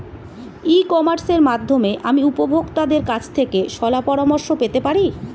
ই কমার্সের মাধ্যমে আমি উপভোগতাদের কাছ থেকে শলাপরামর্শ পেতে পারি?